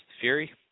Fury